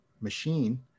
machine